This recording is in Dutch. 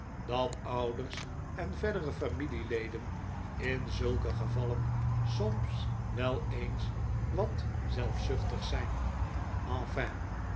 dat ouders en verdere familieleden in zulke gevallen soms wel eens wat zelfzuchtig zijn enfin